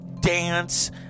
dance